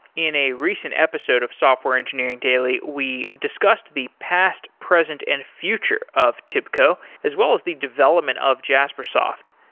in a recent episode of software engineering daily, we discussed the past, present and future of tibco, as well as the development of jaspersoft.